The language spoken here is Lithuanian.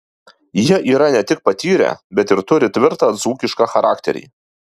jie yra ne tik patyrę bet ir turi tvirtą dzūkišką charakterį